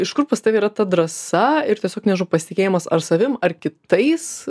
iš kur pas tave yra ta drąsa ir tiesiog nežinau pasitikėjimas ar savim ar kitais